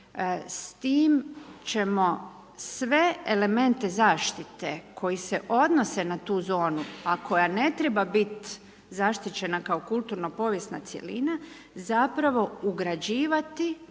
s tim ćemo sve elemente zaštite koji se odnose na tu zonu, a koja ne treba biti zaštićena kao kulturna povijesna cjelina, zapravo ugrađivati